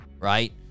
right